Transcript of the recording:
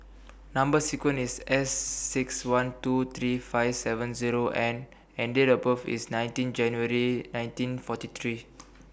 Number sequence IS S six one two three five seven Zero N and Date of birth IS nineteen January nineteen forty three